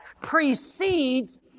precedes